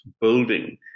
building